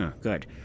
Good